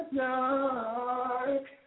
dark